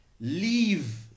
leave